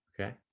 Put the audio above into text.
okay